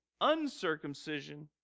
uncircumcision